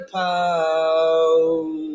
pound